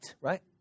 right